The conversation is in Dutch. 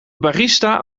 barista